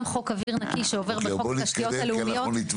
גם חוק אוויר נקי, שעובר בחוק תשתיות לאומיות.